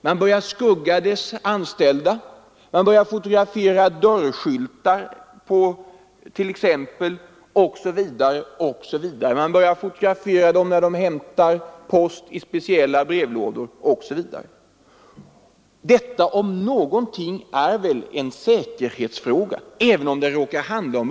Man började skugga dess anställda, ta bilder av dem när de hämtade post i speciella brevlådor osv., fotografera dörrskyltar m.m. Detta om något är väl en säkerhetsfråga.